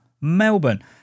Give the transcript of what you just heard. melbourne